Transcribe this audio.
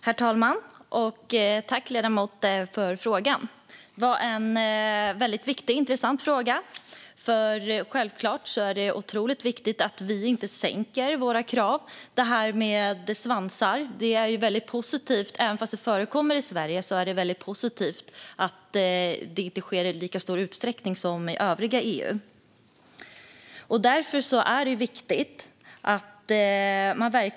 Herr talman! Jag tackar ledamoten för frågan. Det är en väldigt viktig och intressant fråga. Självklart är det otroligt viktigt att vi inte sänker våra krav. När det gäller frågan om svansar är det väldigt positivt att detta inte sker i lika stor utsträckning i Sverige som i övriga EU, även om det förekommer också här.